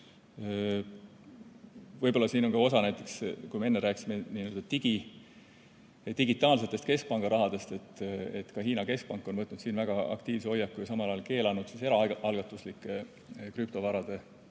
muutuks. Võib-olla siin on ka oma osa, näiteks, kui me enne rääkisime digitaalsetest keskpanga rahadest, et Hiina keskpank on võtnud siin väga aktiivse hoiaku ja samal ajal keelanud eraalgatuslike krüptovarade samaväärse